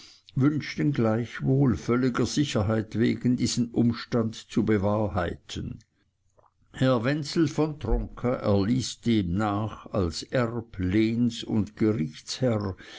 wünschten gleichwohl völliger sicherheit wegen diesen umstand zu bewahrheiten herr wenzel von tronka erließ demnach als erb lehns und gerichtsherr